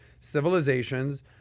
civilizations